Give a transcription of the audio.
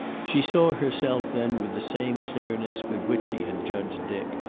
she saw herself then with the same clearness with which she had judged dick.